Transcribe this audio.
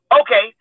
okay